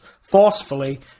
forcefully